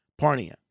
Parnia